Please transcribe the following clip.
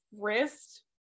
wrist